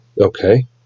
Okay